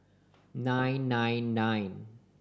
nine nine nine